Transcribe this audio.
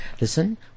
Listen